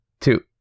two